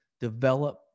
develop